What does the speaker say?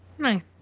Nice